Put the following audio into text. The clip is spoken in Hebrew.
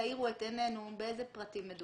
תאירו את עינינו באיזה פרטים מדובר.